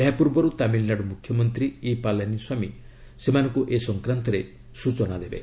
ଏହା ପୂର୍ବରୁ ତାମିଲନାଡୁ ମୁଖ୍ୟମନ୍ତ୍ରୀ ଇ ପାଲାମୀସ୍ୱାମୀ ସେମାନଙ୍କୁ ଏ ସଂକ୍ରାନ୍ତରେ ସୂଚନା ଦେବେ